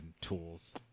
tools